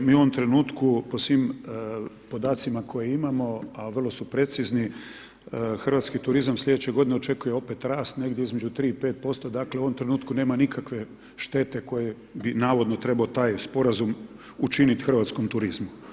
Mi u ovom trenutku po svim podacima koje imamo a vrlo su precizni, hrvatski turizam slijedeće godine očekuje opet rast, negdje između 3 i 5%, dakle u ovom trenutku nema nikakve štete koje bi navodno trebao taj sporazum učiniti hrvatskom turizmu.